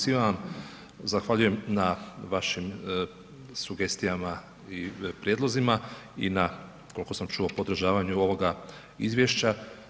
Svima vam zahvaljujem na vašim sugestijama i prijedlozima i na koliko sam čuo podržavanju ovoga izvješća.